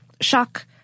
shock